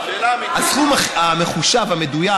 הסכום המחושב המדויק